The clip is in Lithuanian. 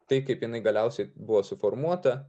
tai kaip jinai galiausiai buvo suformuota